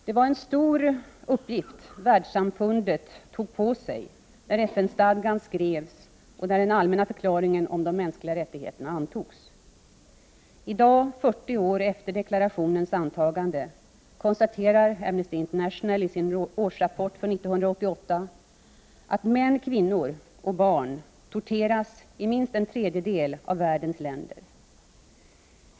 Det var en stor uppgift världssamfundet tog på sig, när FN-stadgan skrevs och när den allmänna förklaringen om de mänskliga rättigheterna antogs. I dag — 40 år efter deklarationens antagande — konstaterar Amnesty International i sin årsrapport för 1988 att män, kvinnor — och barn — torteras i minst en tredjedel av världens länder.